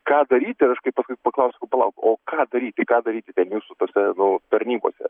ką daryti ir aš kai paskui paklausiau sakau palauk o ką daryti ką daryti ten jūsų tose nu tarnybose